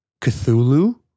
Cthulhu